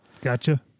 Gotcha